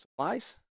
supplies